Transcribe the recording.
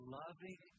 loving